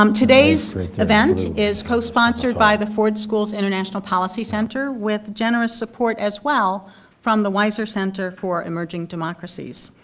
um today's event is cosponsored by the ford school's international policy center with generous support as well from the wiser center for emerging democracies.